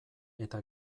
eta